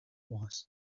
was